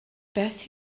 beth